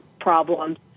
problems